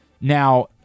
Now